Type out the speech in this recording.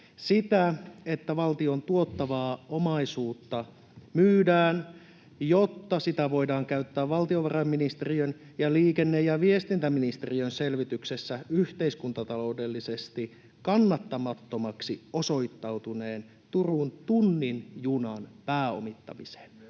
sitä, että valtion tuottavaa omaisuutta myydään, jotta sitä voidaan käyttää valtiovarainministeriön ja liikenne‑ ja viestintäministeriön selvityksessä yhteiskuntataloudellisesti kannattamattomaksi osoittautuneen Turun tunnin junan pääomittamiseen?